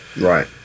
Right